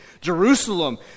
Jerusalem